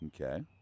Okay